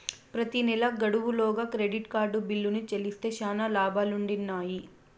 ప్రెతి నెలా గడువు లోగా క్రెడిట్ కార్డు బిల్లుని చెల్లిస్తే శానా లాబాలుండిన్నాయి